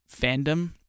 fandom